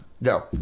no